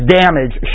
damage